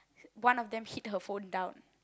one of them hit her phone down